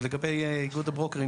ולגבי איגוד הברוקרים,